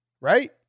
Right